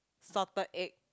salted egg